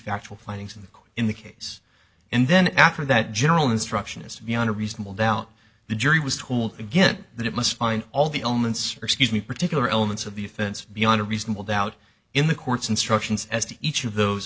factual findings in the case and then after that general instruction is beyond a reasonable doubt the jury was told again that it must find all the only answer excuse me particular elements of the offense beyond a reasonable doubt in the court's instructions as to each of those